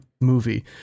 movie